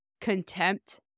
contempt